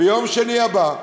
ביום שני הבא,